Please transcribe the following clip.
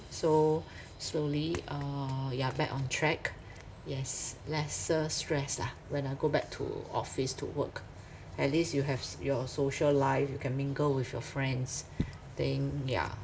so slowly uh yeah back on track yes lesser stress lah when I go back to office to work at least you haves your social life you can mingle with your friends thing yeah